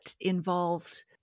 involved